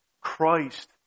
Christ